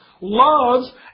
loves